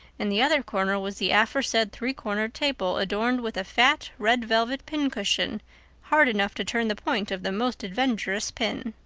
in the other corner was the aforesaid three-corner table adorned with a fat, red velvet pin-cushion hard enough to turn the point of the most adventurous pin.